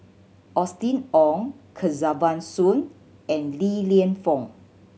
Austen Ong Kesavan Soon and Li Lienfung